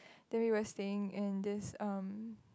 then we were staying in this um